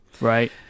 Right